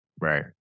Right